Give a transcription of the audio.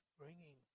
bringing